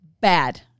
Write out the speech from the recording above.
Bad